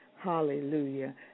Hallelujah